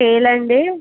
scale అండి